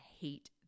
hate